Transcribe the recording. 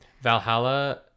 Valhalla